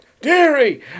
Dairy